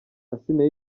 asinah